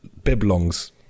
Biblong's